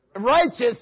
Righteous